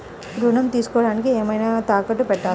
ఋణం తీసుకొనుటానికి ఏమైనా తాకట్టు పెట్టాలా?